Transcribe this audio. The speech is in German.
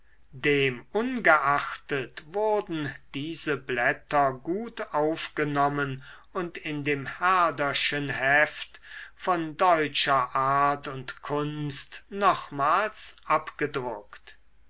demungeachtet wurden diese blätter gut aufgenommen und in dem herderschen heft von deutscher art und kunst nochmals abgedruckt